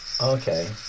Okay